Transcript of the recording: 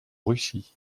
russie